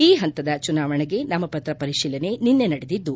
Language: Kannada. ಈ ಪಂತದ ಚುನಾವಣೆಗೆ ನಾಮಪತ್ರ ಪರಿಶೀಲನೆ ನಿನೈ ನಡೆದಿದ್ದು